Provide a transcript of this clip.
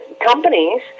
companies